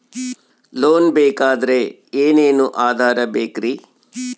Loan ಬೇಕಾದ್ರೆ ಏನೇನು ಆಧಾರ ಬೇಕರಿ?